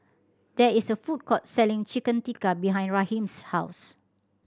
there is a food court selling Chicken Tikka behind Raheem's house